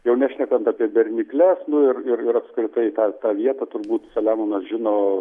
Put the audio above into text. jau nešnekant apie bernikles nu ir ir ir apskritai tą tą vietą turbūt selemonas žino